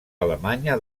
alemanya